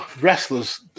wrestlers